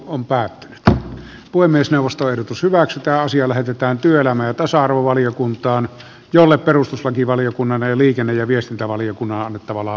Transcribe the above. puhemiesneuvosto ehdottaa että asia lähetetään työelämä ja tasa arvovaliokuntaan jolle perustuslakivaliokunnalle liikenne ja viestintävaliokunnan tavalla